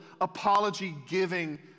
apology-giving